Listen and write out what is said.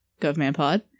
GovManPod